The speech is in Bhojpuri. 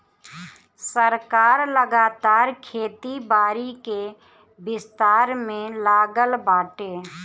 सरकार लगातार खेती बारी के विस्तार में लागल बाटे